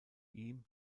ihm